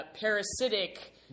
parasitic